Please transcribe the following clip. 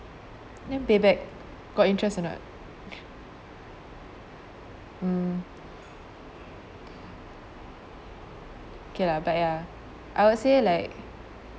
pay back got interest or not mm okay lah but ya I'll say like